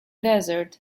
desert